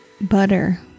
butter